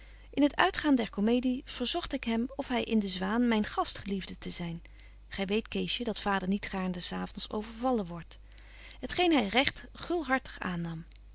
in het uitgaan der comedie verzogt ik hem of hy in de zwaan myn gast geliefde te zyn gy weet keesje dat vader niet gaarn des avonds overvallen wordt t geen hy recht gulhartig aannam